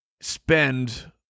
spend